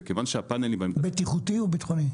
וכיוון שהפאנלים --- בטיחותי או ביטחוני?